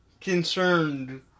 concerned